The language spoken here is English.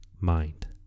mind